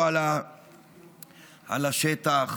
השטח,